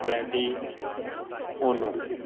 brady ono